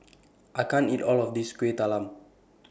I can't eat All of This Kueh Talam